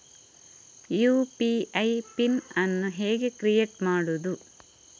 UPI PIN ಅನ್ನು ಹೇಗೆ create ಮಾಡುದು?